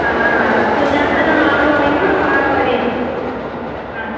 हा हा सुञातल माण्हू आहियूं न पाणि वरी हा